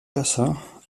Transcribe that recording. besser